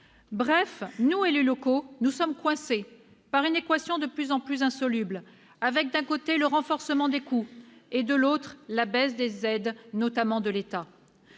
Bref, nous, élus locaux, sommes coincés par une équation de plus en plus insoluble avec, d'un côté, le renforcement des coûts et, de l'autre, la baisse des aides, notamment de l'État.